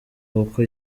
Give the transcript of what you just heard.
kuko